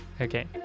Okay